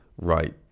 Right